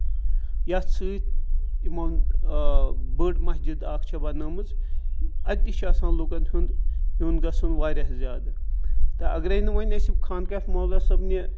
یَتھ سۭتۍ یِمن بٔڑ مَسجد اکھ چھےٚ بَنٲومٕژ اَتہِ تہِ چھُ آسان لُکن ہُند یُن گژھُن واریاہ زیادٕ تہٕ اَگرٕے نہٕ وۄنۍ أسۍ خان کہہ مولا صٲبنہِ